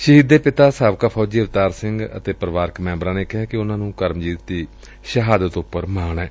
ਸ਼ਹੀਦ ਦੇ ਪਿਤਾ ਸਾਬਕਾ ਫੌਜੀ ਅਵਤਾਰ ਸਿੰਘ ਅਤੇ ਪਰਿਵਾਰਕ ਮੈਂਬਰਾਂ ਨੇ ਕਿਹਾ ਕਿ ਉਨੁਾਂ ਨੁੰ ਕਰਮੂਜੀਤ ਸਿੰਘ ਦੀ ਸ਼ਹਾਦਤ ਤੇ ਮਾਣ ਏ